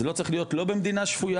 זה לא צריך להיות לא במדינה שפויה,